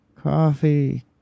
coffee